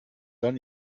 dann